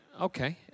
Okay